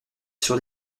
sur